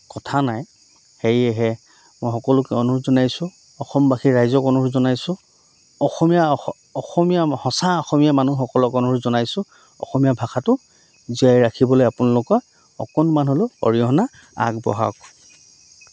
কথা নাই সেয়েহে মই সকলোকে অনুৰোধ জনাইছোঁ অসমবাসী ৰাইজক অনুৰোধ জনাইছোঁ অসমীয়া অসমীয়া সঁচা অসমীয়া মানুহসকলক অনুৰোধ জনাইছোঁ অসমীয়া ভাষাটো জীয়াই ৰাখিবলৈ আপোনালোকৰ অকণমান হ'লেও অৰিহণা আগবঢ়াওক